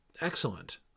excellent